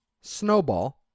snowball